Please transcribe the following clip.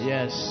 Yes